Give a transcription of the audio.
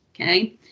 okay